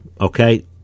okay